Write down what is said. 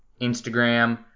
Instagram